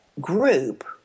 group